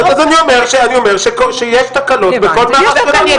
אז אני אומר שיש תקלות בכל מערך --- צריך לטפל בהן.